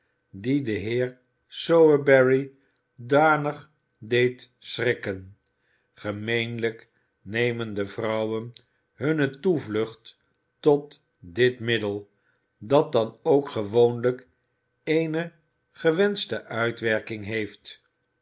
die den heer sowerberry danig deed schrikken gemeenlijk nemen de vrouwen hunne toevlucht tot dit middel dat dan ook gewoonlijk eene gewenschte uitwerking heeft